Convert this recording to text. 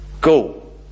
go